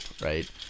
right